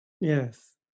Yes